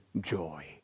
joy